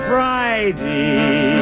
Friday